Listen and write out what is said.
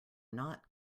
not